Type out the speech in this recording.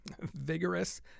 vigorous